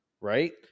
right